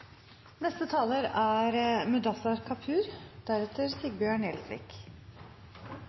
Neste talar er